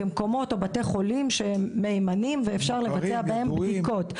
כמקומות או בתי חולים שהם מהימנים ואפשר לבצע בהם בדיקות.